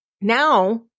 Now